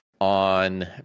on